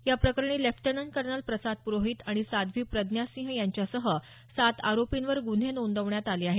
या प्रकरणी lieutenant colonel Prasad Purohit आणि साध्वी प्रज्ञा सिंह यांच्यासह सात आरोपींवर गुन्हे नोंदवण्यात आले आहेत